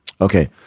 Okay